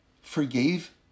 forgave